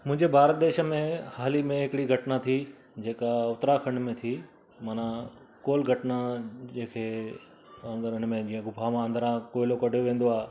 मुंंहिंजे भारत देश में हाल ई में हिकिड़ी घटना थी जेका उत्तराखंड में थी माना कोल घटना जंहिंखे समुझ हुन में गुफ़ा मां अंदिरां कोयलो कढियो वेंदो आहे